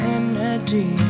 energy